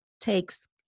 takes